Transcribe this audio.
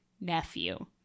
nephew